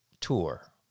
tour